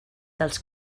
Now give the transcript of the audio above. dels